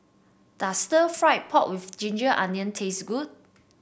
does Stir Fried Pork with ginger onion taste good